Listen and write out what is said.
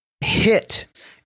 hit